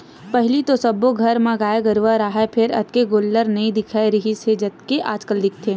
पहिली तो सब्बो घर म गाय गरूवा राहय फेर अतेक गोल्लर नइ दिखत रिहिस हे जतेक आजकल दिखथे